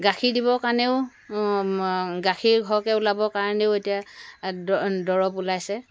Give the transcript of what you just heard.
গাখীৰ দিবৰ কাৰণেও গাখীৰ সৰহকৈ ওলাবৰ কাৰণেও এতিয়া দ দৰব ওলাইছে